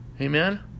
Amen